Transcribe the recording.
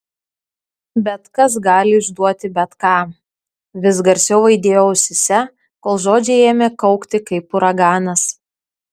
bet kas gali išduoti bet ką vis garsiau aidėjo ausyse kol žodžiai ėmė kaukti kaip uraganas